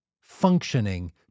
functioning